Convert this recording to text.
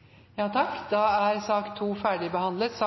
er besvart før spørsmål 1. Spørsmål 11 er besvart før spørsmål 2. Da er sak nr. 2 ferdigbehandlet.